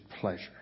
pleasure